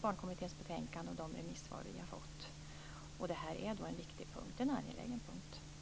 Barnkommitténs betänkande och de remissvar vi har fått. Detta är en viktig och angelägen punkt.